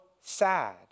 sad